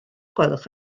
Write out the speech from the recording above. gwelwch